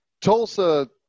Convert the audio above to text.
Tulsa